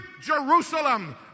Jerusalem